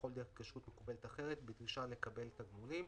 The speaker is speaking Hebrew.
בכל דרך התקשרות מקובלת אחרת בדרישה לקבל תגמולים,